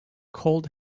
cold